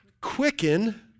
quicken